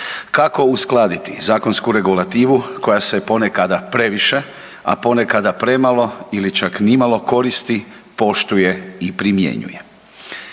kako uskladiti zakonsku regulativu koja se ponekada previše, a ponekada premalo ili čak nimalo koristi, poštuje i primjenjuje.